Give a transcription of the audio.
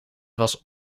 was